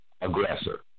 aggressor